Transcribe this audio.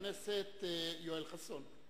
אחריו, חבר הכנסת יואל חסון.